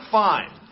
fine